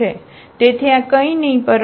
તેથી આ કંઇ નહીં પરંતુ આ 000 એલિમેંટ હશે